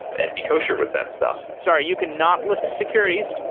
and be kosher with that stuff sorry, you cannot list securities,